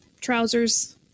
Trousers